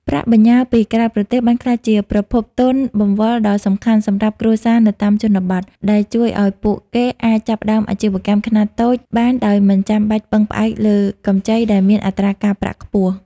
ប្រាក់បញ្ញើពីក្រៅប្រទេសបានក្លាយជាប្រភពទុនបង្វិលដ៏សំខាន់សម្រាប់គ្រួសារនៅតាមជនបទ ដែលជួយឱ្យពួកគេអាចចាប់ផ្ដើមអាជីវកម្មខ្នាតតូចបានដោយមិនចាំបាច់ពឹងផ្អែកលើកម្ចីដែលមានអត្រាការប្រាក់ខ្ពស់។